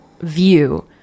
view